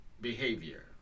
behavior